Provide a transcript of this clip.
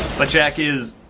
but jack is.